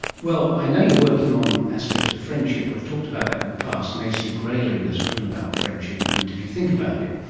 well, i know you're working on aspects of friendship, we've talked about that in the past, and ac grayling has written about friendship, and if you think about it,